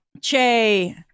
Che